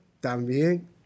también